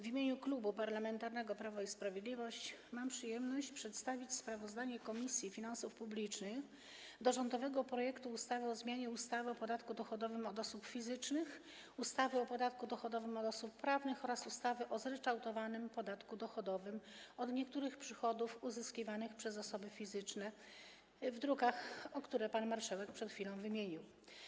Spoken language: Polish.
W imieniu Klubu Parlamentarnego Prawo i Sprawiedliwość mam przyjemność przedstawić sprawozdanie Komisji Finansów Publicznych o rządowym projekcie ustawy o zmianie ustawy o podatku dochodowym od osób fizycznych, ustawy o podatku dochodowym od osób prawnych oraz ustawy o zryczałtowanym podatku dochodowym od niektórych przychodów osiąganych przez osoby fizyczne - druki, które pan marszałek przed chwilą wymienił.